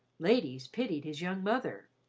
ladies pitied his young mother,